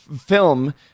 film